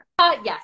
Yes